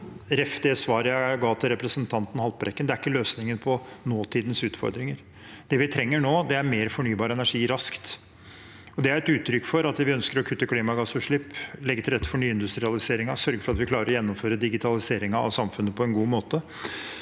til det svaret jeg ga til representanten Haltbrekken, ikke er løsningen på nåtidens utfordringer. Det vi trenger nå, er mer fornybar energi raskt. Det er et uttrykk for at vi ønsker å kutte klimagassutslipp, legge til rette for nyindustrialiseringen, sørge for at vi klarer å gjennomføre digitaliseringen av samfunnet på en god måte,